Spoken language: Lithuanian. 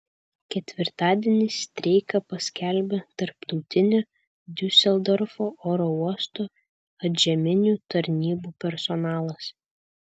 ketvirtadienį streiką paskelbė tarptautinio diuseldorfo oro uosto antžeminių tarnybų personalas